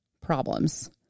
problems